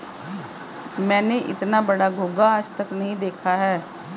मैंने इतना बड़ा घोंघा आज तक नही देखा है